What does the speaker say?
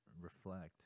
reflect